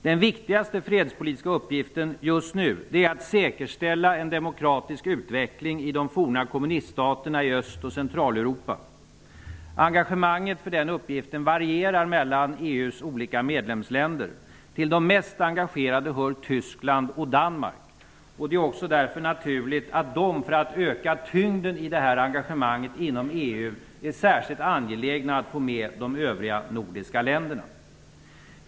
Den viktigaste fredspolitiska uppgiften just nu är att säkerställa en demokratisk utveckling i de forna kommuniststaterna i Öst och Centraleuropa. Engagemanget för den uppgiften varierar mellan EU:s olika medlemsländer. Till de mest engagerade hör Tyskland och Danmark. Det är därför också naturligt att dessa länder för att öka tyngden i det här engagemanget inom EU är särskilt angelägna att få med de övriga nordiska länderna.